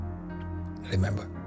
Remember